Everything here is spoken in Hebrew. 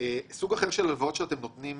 --- סוג אחר של הלוואות שאתם נותנים